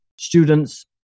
Students